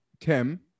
Tim